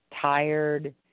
tired